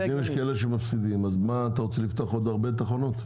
ואם יש כאלה שמפסידים אז אתה רוצה לפתוח עוד הרבה תחנות?